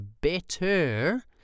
better